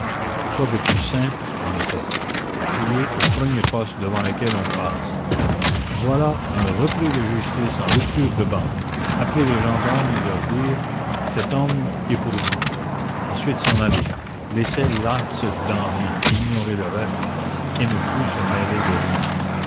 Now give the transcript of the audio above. quoi de plus simple en effet crier au premier poste devant lequel on passe voilà un repris de justice en rupture de ban appeler les gendarmes et leur dire cet homme est pour vous ensuite s'en aller laisser là ce damné ignorer le reste et ne plus se mêler de rien